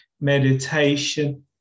meditation